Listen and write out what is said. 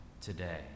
today